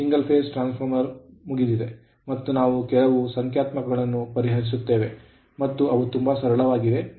ಈ single phase transformer ಮುಗಿದಿದೆ ಮತ್ತು ನಾವು ಕೆಲವು ಸಂಖ್ಯಾತ್ಮಕಗಳನ್ನು ಪರಿಹರಿಸುತ್ತೇವೆ ಮತ್ತು ಅವು ತುಂಬಾ ಸರಳವಾಗಿವೆ